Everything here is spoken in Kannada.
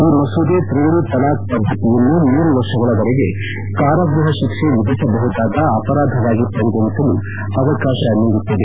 ಈ ಸಮೂದೆ ತ್ರಿವಳಿ ತಲಾಖ್ ಪದ್ದತಿಯನ್ನು ಮೂರು ವರ್ಷಗಳವರೆಗೆ ಕಾರಾಗೃಪ ತಿಕ್ಷೆ ವಿಧಿಸಬಹುದಾದ ಅಪರಾಧವಾಗಿ ಪರಿಗಣಿಸಲು ಅವಕಾಶ ನೀಡುತ್ತದೆ